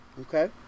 Okay